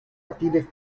aquiles